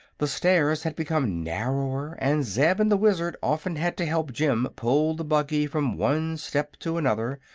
the stairs had become narrower and zeb and the wizard often had to help jim pull the buggy from one step to another,